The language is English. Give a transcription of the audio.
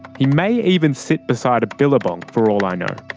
he may even sit beside a billabong for all i know.